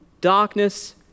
Darkness